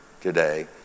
today